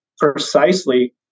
precisely